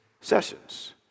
sessions